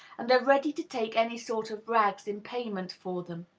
and are ready to take any sort of rags in payment for them,